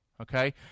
okay